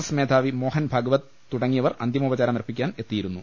S മേധാവി മോഹൻ ഭഗവത് തുടങ്ങിയ വർ അന്തിമോപചാരമർപ്പിക്കാൻ എത്തിയിരുന്നു